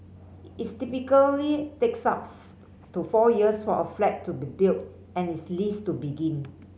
its typically takes up to four years for a flat to be built and its lease to begin